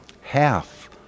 half